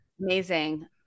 Amazing